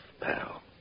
pal